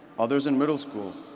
others in middle school.